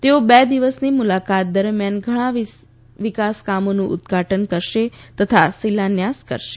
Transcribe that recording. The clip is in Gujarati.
તેઓ બે દિવસની મુલાકાત દરમિયાન ઘણા વિકાસકામોનું ઉદઘાટન કરશે તથા શિલાન્યાસ કરશે